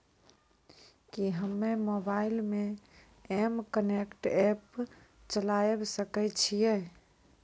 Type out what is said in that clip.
कि हम्मे मोबाइल मे एम कनेक्ट एप्प चलाबय सकै छियै?